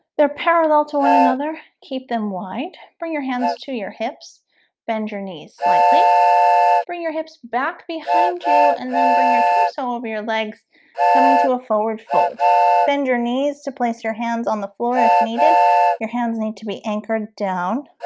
they're parallel to one another keep them wide bring your hands to your hips bend your knees slightly bring your hips back behind you and then bring your torso over your legs coming to a forward fold bend your knees to place your hands on the floor if needed your hands need to be anchored down